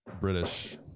British